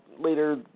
Later